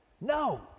No